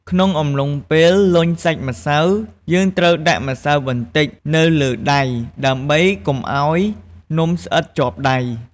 ក្នុងអំឡុងពេលលញ់សាច់ម្សៅ យើងត្រូវដាក់ម្សៅបន្តិចនៅលើដៃ ដើម្បីកុំឱ្យនំស្អិតជាប់ដៃ។